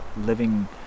living